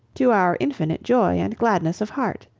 to our infinite joy and gladness of heart.